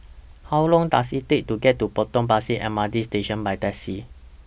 How Long Does IT Take to get to Potong Pasir M R T Station By Taxi